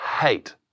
hate